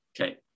okay